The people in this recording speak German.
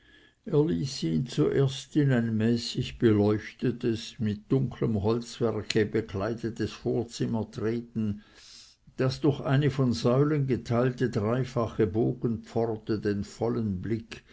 zuerst in ein mäßig beleuchtetes mit dunkelm holzwerke bekleidetes vorzimmer treten das durch eine von säulen geteilte dreifache bogenpforte den vollen blick